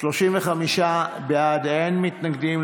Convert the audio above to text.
35 בעד, אין מתנגדים.